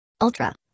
Ultra